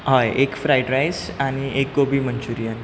हय एक fried rice आनी एक गोबी मन्चुरियन